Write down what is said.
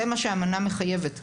זה מה שהאמנה מחייבת,